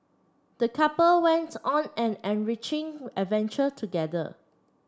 the couple went on an enriching adventure together